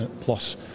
plus